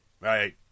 Right